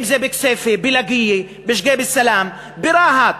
אם בכסייפה, בלקיה, בשוקיב-אלסלאם, ברהט,